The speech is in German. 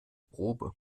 probe